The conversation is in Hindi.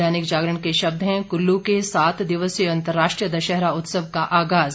दैनिक जागरण के शब्द हैं कुल्लू के सात दिवसीय अंतर्राष्ट्रीय दशहरा उत्सव का आगाज़